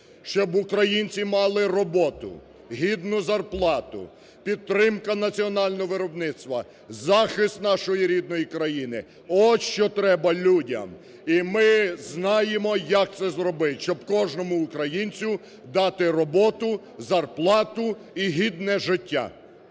Щоб українці мали роботу, гідну зарплату, підтримка національного виробництва, захист нашої рідної країни, – от що треба людям. І ми знаємо, як це зробити, щоб кожному українцю дати роботу, зарплату і гідне життя.